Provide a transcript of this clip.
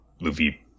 Luffy